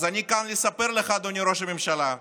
אז אני כאן לספר לך, אדוני ראש הממשלה: